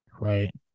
Right